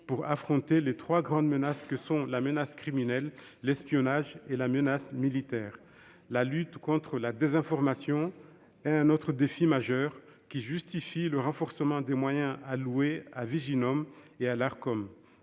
pour affronter les trois grandes menaces que sont la menace criminelle, l'espionnage et la menace militaire. La lutte contre la désinformation est un autre défi majeur, qui justifie le renforcement des moyens alloués au Viginum et à l'Arcom.